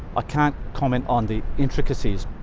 ah can't comment on the intricacies.